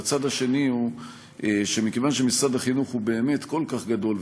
והצד השני הוא שמכיוון שמשרד החינוך באמת כל כך גדול,